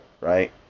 Right